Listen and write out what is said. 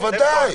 בוודאי,